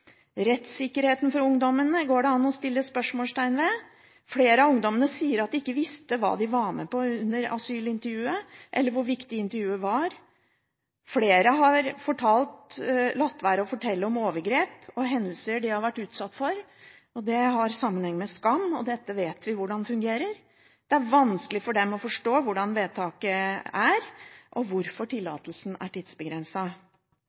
Rettssikkerheten for ungdommene går det an å sette spørsmålstegn ved. Flere av ungdommene sier at de ikke visste hva de var med på under asylintervjuet, eller hvor viktig intervjuet var. Flere har latt være å fortelle om overgrep og hendelser de har vært utsatt for. Det har sammenheng med skam, og det vet vi hvordan fungerer. Det er vanskelig for dem å forstå hvordan vedtaket er, og hvorfor